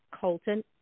Colton